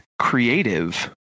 creative